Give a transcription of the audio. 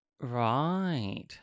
Right